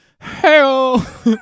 Hell